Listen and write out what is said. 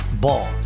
Ball